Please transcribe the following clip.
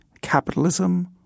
capitalism